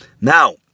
Now